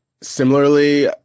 similarly